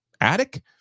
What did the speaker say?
attic